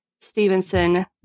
Stevenson